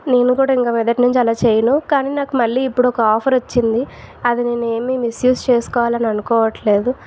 నేను కూడా ఇకమిదటనుంచి అలా చేయను కని మళ్ళి నాకు ఇపుడు ఒక ఆఫరు వచ్చింది అది నేనేమి మిస్యూజ్ చేసుకోవాలి అని అనుకోవట్లేదు